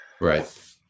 Right